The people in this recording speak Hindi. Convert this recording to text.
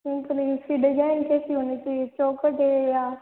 इसकी डिजाइन कैसी होना चाहिए चौखट ये या